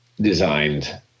designed